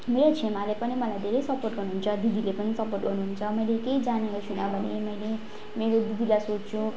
मेरो छेमाले पनि मलाई धेरै सपोर्ट गर्नुहुन्छ दिदीले पनि सपोर्ट गर्नुहुन्छ मैले केही जानेको छुइनँ भने मैले मेरो दिदीलाई सोध्छु